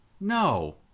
No